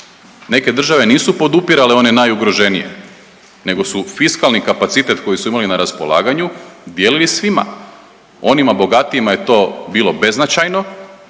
Neke države nisu podupirale one najugroženije nego su fiskalni kapacitet koji su imali na raspolaganju dijelili svima. Onima bogatijima je to bilo beznačajno,